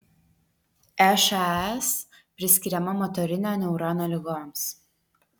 šas priskiriama motorinio neurono ligoms